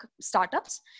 startups